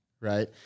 right